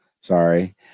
sorry